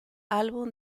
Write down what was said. album